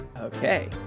Okay